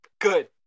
Good